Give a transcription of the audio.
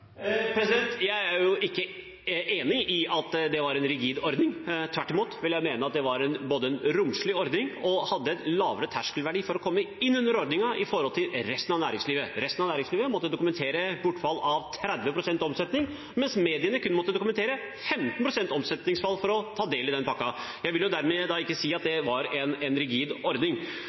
Jeg er ikke enig i at det var en rigid ordning. Tvert imot vil jeg mene at det var en romslig ordning, og at det var en lavere terskelverdi for å komme inn under den ordningen enn det som gjaldt for resten av næringslivet. Resten av næringslivet måtte dokumentere et bortfall av 30 pst. av omsetningen, mens mediene måtte dokumentere et omsetningsfall på kun 15 pst. for å kunne ta del i den pakken. Jeg vil dermed si at det ikke var en rigid ordning.